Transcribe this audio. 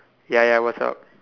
ya ya what's up